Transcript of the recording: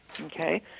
Okay